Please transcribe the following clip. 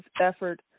effort